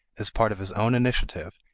as part of his own initiative,